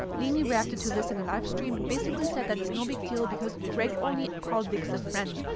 lainey reacted to this in a livestream and basically said that it's no big deal because greg only called vix a friend,